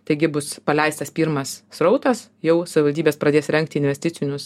taigi bus paleistas pirmas srautas jau savivaldybės pradės rengti investicinius